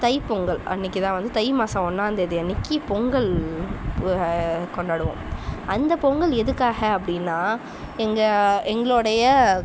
தை பொங்கல் அன்றைக்கி தான் வந்து தை மாதம் ஒன்றாம் தேதி அன்றைக்கி பொங்கல் கொண்டாடுவோம் அந்த பொங்கல் எதுக்காக அப்படின்னா எங்கள் எங்களோடைய